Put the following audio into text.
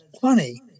funny